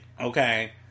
okay